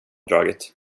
dragit